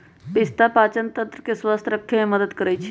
पिस्ता पाचनतंत्र के स्वस्थ रखे में मदद करई छई